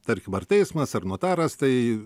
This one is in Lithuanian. tarkim ar teismas ar notaras tai